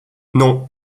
non